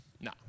No